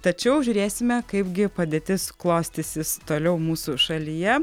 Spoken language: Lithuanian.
tačiau žiūrėsime kaip gi padėtis klostysis toliau mūsų šalyje